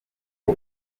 uwo